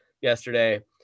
yesterday